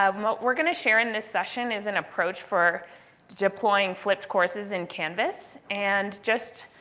um what we're going to share in this session is an approach for deploying flipped courses in canvas and just